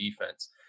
defense